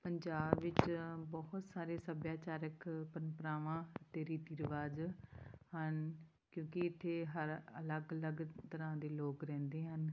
ਪੰਜਾਬ ਵਿੱਚ ਬਹੁਤ ਸਾਰੇ ਸੱਭਿਆਚਾਰਕ ਪ੍ਰੰਪਰਾਵਾਂ ਅਤੇ ਰੀਤੀ ਰਿਵਾਜ ਹਨ ਕਿਉਂਕਿ ਇੱਥੇ ਹਰ ਅਲੱਗ ਅਲੱਗ ਤਰ੍ਹਾਂ ਦੇ ਲੋਕ ਰਹਿੰਦੇ ਹਨ